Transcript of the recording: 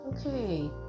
Okay